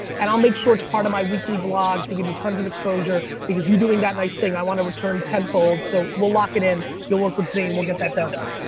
and i'll make sure it's part of my weekly vlog to give you tons of exposure. because you're doing that nice thing, i wanna return tenfold, so we'll lock it in. you'll work with zain, we'll get that done. let's ah